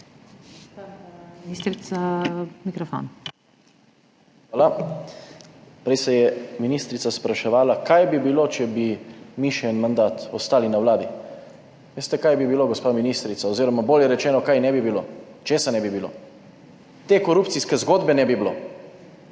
Prej se je ministrica spraševala, kaj bi bilo, če bi mi še en mandat ostali na Vladi. Veste, kaj bi bilo, gospa ministrica, oz. bolje rečeno kaj ne bi bilo, česa ne bi bilo? Te korupcijske zgodbe ne bi bilo!